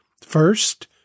First